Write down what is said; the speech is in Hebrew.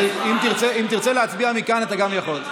אם תרצה להצביע מכאן, אתה גם יכול.